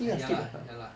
ah ya lah ya lah